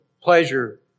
pleasure